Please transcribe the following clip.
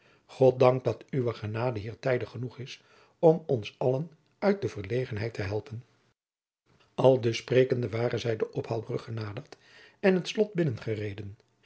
goddank dat uwe genade hier tijdig genoeg is om ons allen uit de verlegenheid te helpen aldus sprekende waren zij de ophaalbrug genaderd en het slot binnengereden